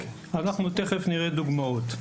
אנחנו תכף נראה דוגמאות.